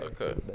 okay